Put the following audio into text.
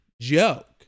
joke